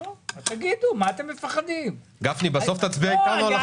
גפני, בסוף תצביע אתנו על החוק.